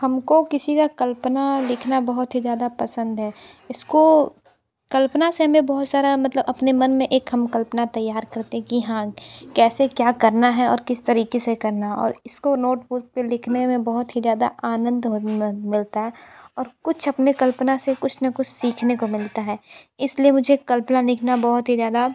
हम को किसी का कल्पना लिखना बहुत ही ज़्यादा पसंद है इसको कल्पना से हमें बहुत सारा मतलब अपने मन में एक हम कल्पना तैयार करते हैं कि हाँ कैसे क्या करना है और किस तरीक़े से करना और इसको नोटबुक पर लिखने में बहुत ही ज़्यादा आनंद मिलता है और कुछ अपनी कल्पना से कुछ ना कुछ सीखने को मिलता है इस लिए मुझे कल्पना लिखना बहुत ही ज़्यादा